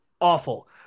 awful